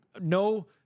no